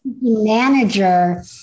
manager